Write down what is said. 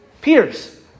Peter's